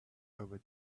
over